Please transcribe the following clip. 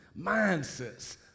mindsets